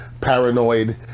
paranoid